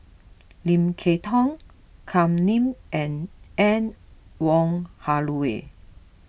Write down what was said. Lim Kay Tong Kam Ning and Anne Wong Holloway